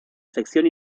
sección